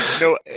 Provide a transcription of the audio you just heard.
no